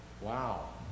wow